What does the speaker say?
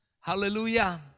Hallelujah